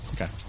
okay